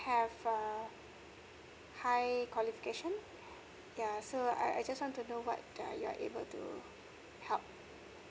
have err high qualification yeah so I I just want to know what uh you are able to help